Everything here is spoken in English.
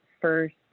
first